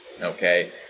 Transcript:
Okay